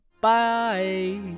Bye